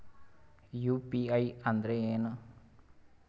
UPI ಅಂದ್ರೆ ಏನು?